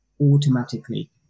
automatically